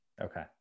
Okay